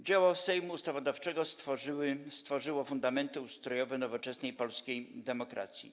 Dzieło Sejmu Ustawodawczego stworzyło fundamenty ustrojowe nowoczesnej polskiej demokracji.